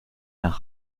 nach